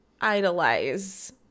idolize